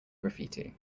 graffiti